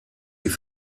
die